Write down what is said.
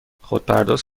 خودپرداز